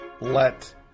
let